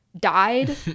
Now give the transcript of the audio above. died